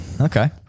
Okay